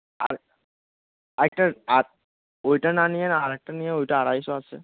আর আর একটা আর ওইটা না নিয়ে আরেকটা নিয়ে ওইটা আড়াইশো আছে